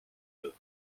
deux